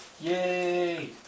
Yay